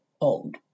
old